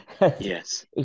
Yes